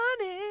Money